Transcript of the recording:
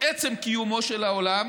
עצם קיומו של העולם